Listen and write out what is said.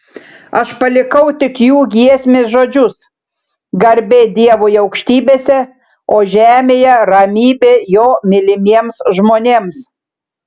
aš palikau tik jų giesmės žodžius garbė dievui aukštybėse o žemėje ramybė jo mylimiems žmonėms